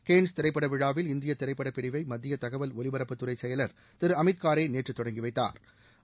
Cannes திரைப்பட விழாவில் இந்திய திரைப்பட பிரிவை மத்திய தகவல் ஒலிபரப்புத் துறை செயல் திரு அமித் காரே நேற்று தொடங்கி வைத்தாா்